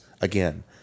again